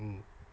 mm